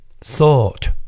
thought